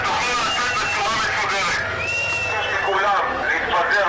עולם הפשע לא יצא לשום חל"ת ואנחנו נדרשים לו כל הזמן כמו